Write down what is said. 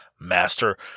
master